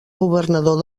governador